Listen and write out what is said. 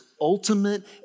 ultimate